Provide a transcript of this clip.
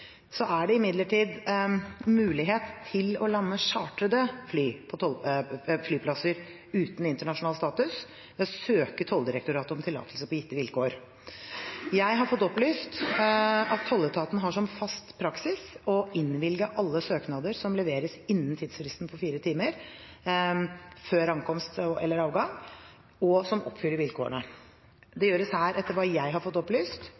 Det er imidlertid mulighet til å lande chartrede fly på flyplasser uten internasjonal status, ved å søke Tolldirektoratet om tillatelse på gitte vilkår. Jeg har fått opplyst at tolletaten har som fast praksis å innvilge alle søknader som leveres innen tidsfristen på fire timer før ankomst eller avgang, og som oppfyller vilkårene. Det gjøres her, etter hva jeg har fått opplyst,